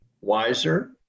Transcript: wiser